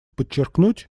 подчеркнуть